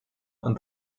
and